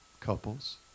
couples